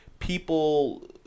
People